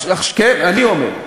כן, אני אומר.